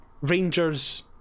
Rangers